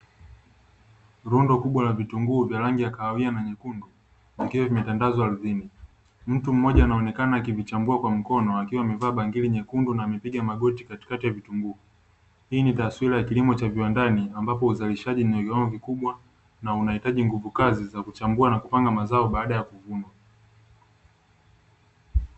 Rundo kubwa la vitunguu vya rangi ya kahawia na nyekundu vikiwa vimetandazwa ardhini, mtu mmoja anaonekana akivichambua kwa mkono wakiwa wamevaa bangili nyekundu na amepiga magoti katikati ya vitunguu, hii ni taswira ya kilimo cha viwandani ambapo uzalishaji ni mkubwa na unahitaji nguvu kazi za kuchambua na kupanga mazao baada ya kuvuna.